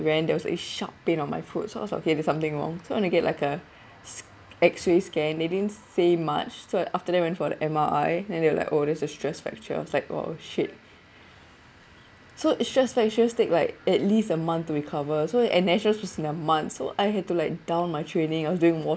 ran there was a sharp pain on my foot so I thought okay there's something wrong so I went to get like uh s~ x-ray scan they didn't say much so after that I went for the M_R_I then they were like orh there's a stress fracture it's like !wow! shit so it's just like it should take like at least a month to recover so and national's should be in a month so I had to like down my training I was doing